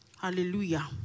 Hallelujah